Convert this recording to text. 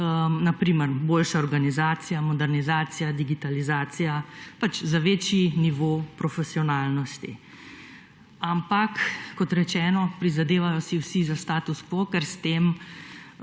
na primer boljša organizacija, modernizacija, digitalizacija pač za večji nivo profesionalnosti, ampak kot rečeno prizadevajo se vsi za status quo, ker s tem